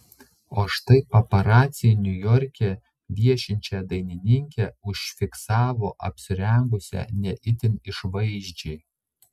o štai paparaciai niujorke viešinčią dainininkę užfiksavo apsirengusią ne itin išvaizdžiai